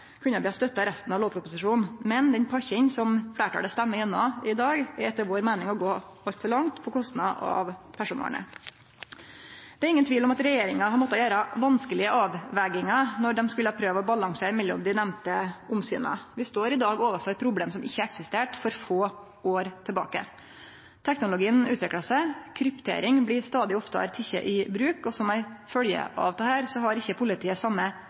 kunne vi ha støtta resten av lovproposisjonen, men den pakken fleirtalet stemmer gjennom i dag, er etter vår meining å gå altfor langt på kostnad av personvernet. Det er ingen tvil om at regjeringa har måtta gjere vanskelege avvegingar når dei skulle prøve å balansere mellom dei nemnde omsyna. Vi står i dag overfor problem som ikkje eksisterte få år tilbake. Teknologien utviklar seg, kryptering blir stadig oftare teke i bruk, og som ei følgje av dette har ikkje politiet same